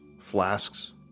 flasks